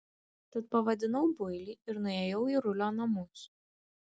tad pavadinau builį ir nuėjau į rulio namus